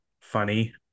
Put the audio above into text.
funny